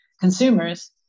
consumers